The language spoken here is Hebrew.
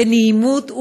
בנעימות,